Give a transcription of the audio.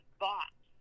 thoughts